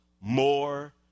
more